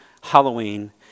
Halloween